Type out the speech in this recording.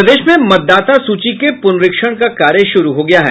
प्रदेश में मतदाता सूची के पुनरीक्षण का कार्य शुरू हो गया है